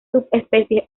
subespecies